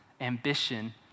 ambition